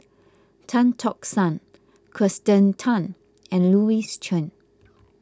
Tan Tock San Kirsten Tan and Louis Chen